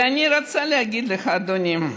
ואני רוצה להגיד לך, אדוני,